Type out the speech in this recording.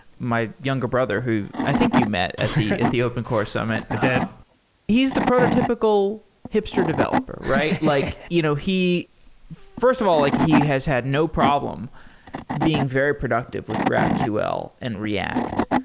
my younger brother who i think you met at the open core summit. i did he is the prototypical hipster developer, right? like you know first of all, like he has had no problem being very productive with graphql and react.